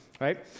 right